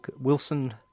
Wilson